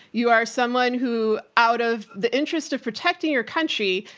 you are someone who, out of the interest of protecting your country,